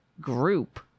group